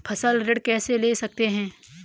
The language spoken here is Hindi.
फसल ऋण कैसे ले सकते हैं?